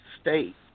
state